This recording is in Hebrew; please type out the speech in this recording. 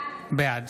בעד